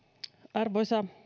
arvoisa